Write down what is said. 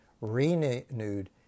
renewed